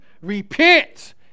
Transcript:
Repent